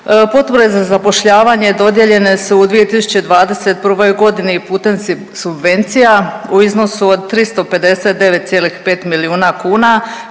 Potpore za zapošljavanje dodijeljene su u 2021. g. i putem subvencija u iznosu od 359,5 milijuna kuna,